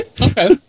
Okay